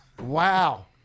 Wow